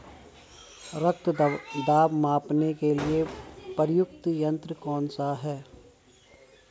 रक्त दाब मापने के लिए प्रयुक्त यंत्र कौन सा है?